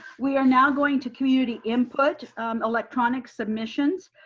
we are now going to community input electronic submissions.